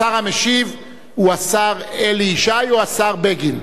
השר המשיב הוא השר אלי ישי או השר בגין?